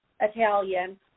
Italian